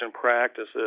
practices